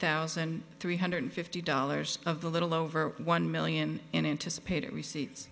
thousand three hundred fifty dollars of a little over one million in anticipated receipts